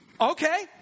Okay